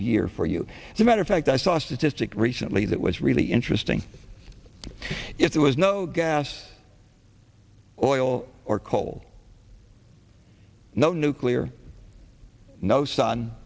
year for you as a matter of fact i saw a statistic recently that was really interesting if there was no gas oil or coal no nuclear no s